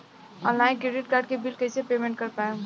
Online credit card के bill कइसे payment कर पाएम?